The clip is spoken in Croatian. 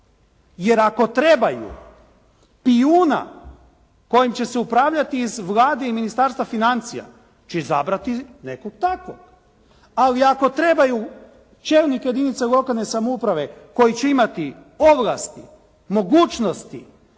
Jer ako trebaju pijuna kojim će se upravljati iz Vlade i Ministarstva financija će izabrati nekog takvog. Ali ako trebaju čelnike jedinice lokalne samouprave koji će imati ovlasti, mogućnosti,